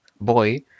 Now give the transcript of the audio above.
boy